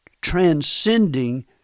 transcending